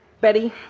Betty